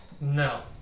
No